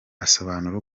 asobanura